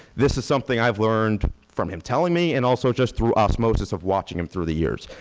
this is something i've learned from him telling me and also just through osmosis of watching him through the years.